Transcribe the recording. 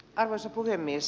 arvoisa puhemies